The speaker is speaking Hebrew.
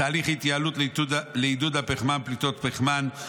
תהליך התייעלות לעידוד הפחתת פליטות פחמן,